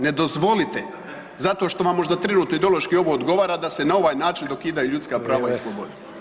Ne dozvolite zato što vam možda trenutno ideološki ovo odgovara, da se na ovaj način dokidaju ljudska prava i slobode.